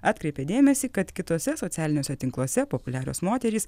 atkreipė dėmesį kad kituose socialiniuose tinkluose populiarios moterys